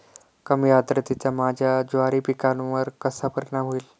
कमी आर्द्रतेचा माझ्या ज्वारी पिकावर कसा परिणाम होईल?